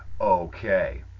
okay